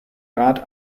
rat